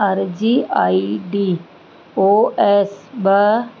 अर्जी I D O S ॿ